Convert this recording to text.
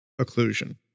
occlusion